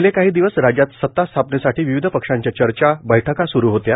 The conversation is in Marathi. गेले काही दिवस राज्यात सता स्थापनेसाठी विविध पक्षांच्या चर्चा बैठका सुरु होत्या